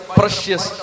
precious